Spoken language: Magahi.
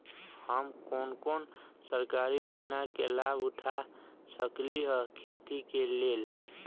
हम कोन कोन सरकारी योजना के लाभ उठा सकली ह खेती के लेल?